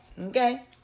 Okay